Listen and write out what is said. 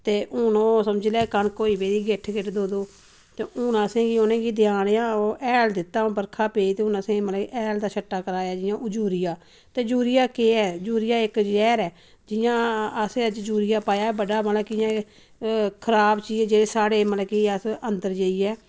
ते हुन ओह् समझी लैओ कनक होई पेदी गिट्ठ गि्ट्ठ दो दो ते हुन असेंगी उनेंगी देआ ने आं ओह् हैल दित्ता बर्खा पेई ते हुन असें मतलब हैल दा छट्टा कराया जियां हुन यूरिया ते यूरिया केह् ऐ यूरिया इक जैहर ऐ जियां असें अज्ज यूरिया पाया बड़़ा मतलब की इयां खराब चीज एह् स्हाड़े मतलब कि असें अंदर जाइयै